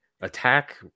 attack